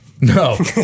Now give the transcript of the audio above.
No